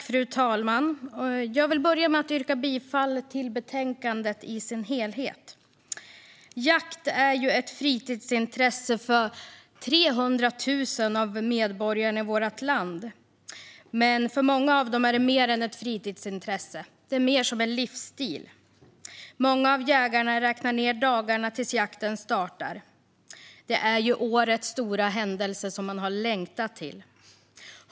Fru talman! Jag vill börja med att yrka bifall till förslaget i betänkandet i sin helhet. Jakt är ett fritidsintresse för 300 000 medborgare i vårt land. Men för många av dem är det mer än ett fritidsintresse. Det är mer som en livsstil. Många av jägarna räknar ned tills jakten startar. Det är årets stora händelse, som man har längtat till.